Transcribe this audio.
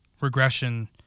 regression